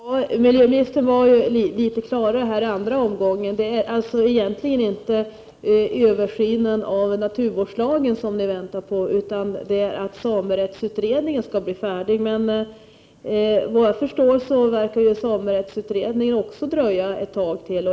Herr talman! Miljöminstern var litet klarare nu i andra omgången. Det är alltså egentligen inte översynen av naturvårdslagen som regeringen väntar på, utan det är att samrättsutredningen skall bli färdig. Men vad jag förstår dröjer resultatet av samrättsutredningen också ett tag till.